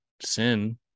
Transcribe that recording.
sin